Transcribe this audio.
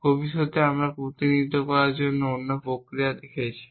ভবিষ্যতে আমরা প্রতিনিধিত্বের জন্য অন্যান্য প্রক্রিয়া দেখেছি